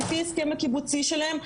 לפי ההסכם בקיבוצי שלהן,